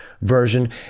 version